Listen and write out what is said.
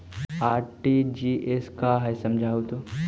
RTGS का है समझाहू तो?